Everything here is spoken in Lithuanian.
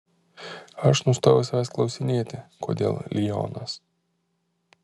aš nustojau savęs klausinėti kodėl lionas